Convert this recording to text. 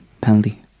Penalty